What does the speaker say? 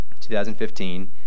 2015